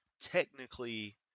technically